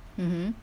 mmhmm